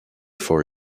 for